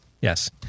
Yes